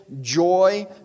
joy